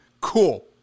cool